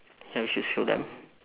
ya we should show them